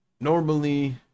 normally